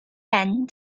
end